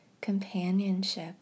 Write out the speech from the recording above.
companionship